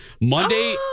Monday